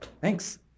Thanks